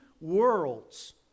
worlds